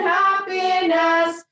happiness